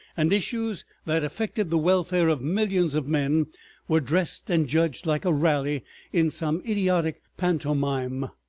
and issues that affected the welfare of millions of men were dressed and judged like a rally in some idiotic pantomime.